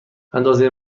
اندازه